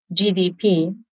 GDP